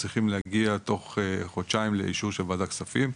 צריכים להגיע תוך חודשיים לאישור של וועדת כספים,